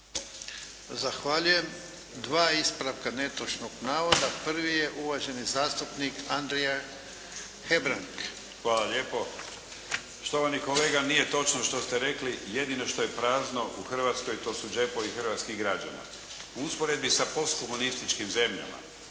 Zahvaljujem. Dva ispravka netočnog navoda. Prvi je uvaženi zastupnik Andrija Hebrang. **Hebrang, Andrija (HDZ)** Hvala lijepo. Štovani kolega, nije točno što ste rekli jedino što je prazno u Hrvatskoj to su đepovi hrvatskih građana. U usporedbi sa postkomunističkim zemljama